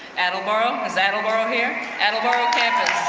attleboro, is attleboro here? attleboro campus.